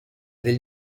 del